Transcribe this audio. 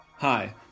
Hi